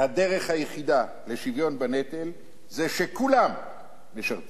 והדרך היחידה לשוויון בנטל זה שכולם ישרתו.